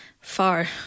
far